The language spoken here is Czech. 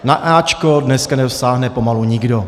Na áčko dneska nedosáhne pomalu nikdo.